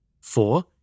Four